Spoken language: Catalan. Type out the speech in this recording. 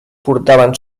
portaven